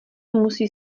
musí